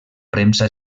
premsa